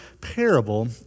parable